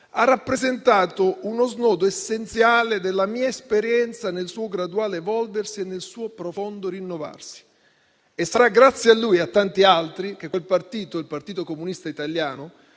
ha rappresentato uno snodo essenziale della mia esperienza nel suo graduale evolversi e nel suo profondo rinnovarsi. Grazie a lui e a tanti altri quel partito, il Partito Comunista Italiano,